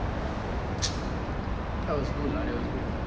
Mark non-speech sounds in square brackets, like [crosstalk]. [noise] that was good lah that was great